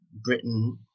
britain